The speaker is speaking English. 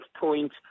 point